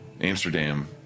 Amsterdam